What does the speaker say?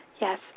Yes